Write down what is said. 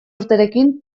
urterekin